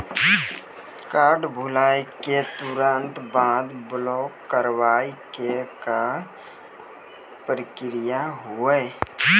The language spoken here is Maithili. कार्ड भुलाए के तुरंत बाद ब्लॉक करवाए के का प्रक्रिया हुई?